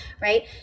right